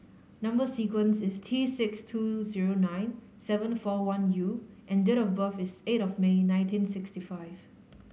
number sequence is T six two zero nine seven four one U and date of birth is eight of May nineteen sixty five